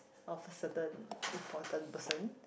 of a certain important person